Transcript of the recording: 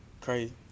Crazy